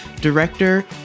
director